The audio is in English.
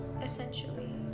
essentially